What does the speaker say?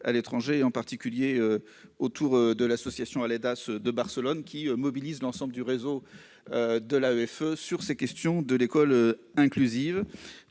de l'étranger, en particulier de l'association Aledas de Barcelone qui mobilise l'ensemble du réseau de l'AEFE sur la question de l'école inclusive.